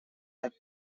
had